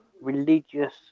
religious